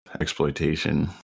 exploitation